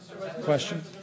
Question